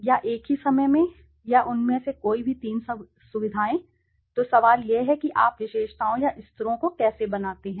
या एक ही समय में या उनमें से कोई भी 3 सुविधाएँ तो सवाल यह है कि आप विशेषताओं या स्तरों को कैसे बनाते हैं